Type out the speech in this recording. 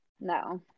no